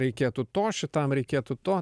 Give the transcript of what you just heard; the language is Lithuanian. reikėtų to šitam reikėtų to